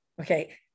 okay